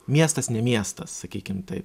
miestas ne miestas sakykim taip